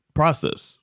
process